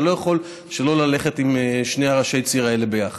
אתה לא יכול שלא ללכת עם שני ראשי הציר האלה ביחד.